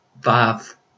five